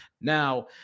Now